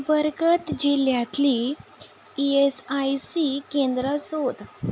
बरगत जिल्ल्यातलीं E S I C केंद्रां सोद